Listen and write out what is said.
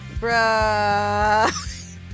Bruh